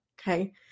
Okay